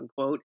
unquote